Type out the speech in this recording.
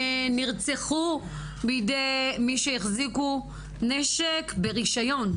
שליש מהנשים נרצחו בידי מי שהחזיקו נשק ברישיון.